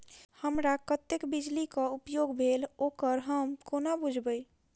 हमरा कत्तेक बिजली कऽ उपयोग भेल ओकर हम कोना बुझबै?